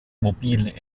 mobilen